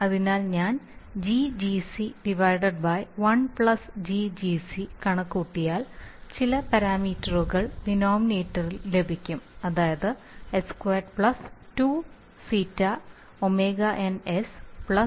അതിനാൽ ഞാൻ GGc 1GGc കണക്കുകൂട്ടിയാൽ ചില പാരാമീറ്ററുകൾ ഡിനോമിനേറ്ററിൽ ലഭിക്കും അതായത് S2 2ζ ωnS ωn2